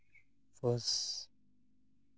ᱯᱩᱥ